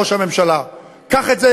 ראש הממשלה: קח את זה,